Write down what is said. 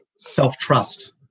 Self-trust